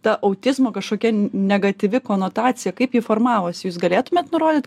ta autizmo kažkokia negatyvi konotacija kaip ji formavosi jūs galėtumėt nurodyt